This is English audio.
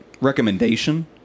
recommendation